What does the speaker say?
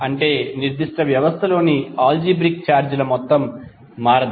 అంటే ఒక నిర్దిష్ట వ్యవస్థలోని ఆల్జీబ్రిక్ ఛార్జ్ ల మొత్తం మారదు